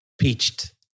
pitched